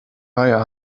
reihe